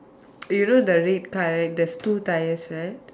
you know the red car right there's two tyres right